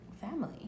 family